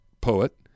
Poet